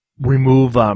remove –